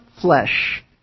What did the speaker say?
flesh